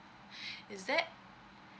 is there